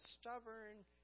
stubborn